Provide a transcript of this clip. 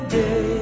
day